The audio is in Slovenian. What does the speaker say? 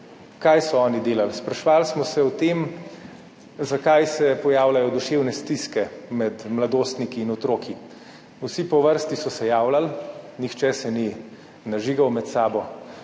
kaj so oni delali? Spraševali smo se o tem, zakaj se pojavljajo duševne stiske med mladostniki in otroki. Vsi po vrsti so se javljali, nihče se ni nažigal med sabo,